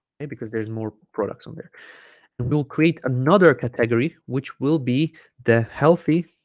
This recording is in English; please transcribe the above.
and because there's more products on there and we'll create another category which will be the healthy